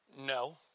No